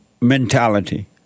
mentality